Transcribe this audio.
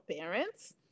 parents